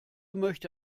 möchte